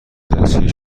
دستگیر